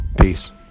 Peace